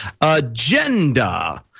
agenda